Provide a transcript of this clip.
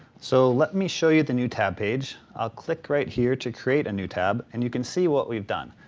so let me show you the new tab page. i'll click right here to create a new tab and you can see what we've done.